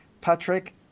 Patrick